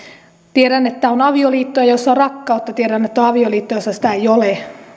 tiedän että on avioliittoja joissa on rakkautta tiedän että on avioliittoja joissa sitä ei ole